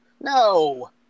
No